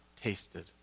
tasted